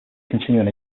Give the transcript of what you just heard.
continuing